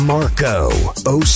Marco